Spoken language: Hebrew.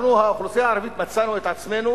אנחנו, האוכלוסייה הערבית, מצאנו את עצמנו